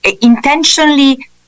intentionally